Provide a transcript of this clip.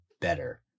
better